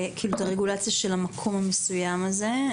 המקום המסוים הזה,